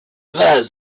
vase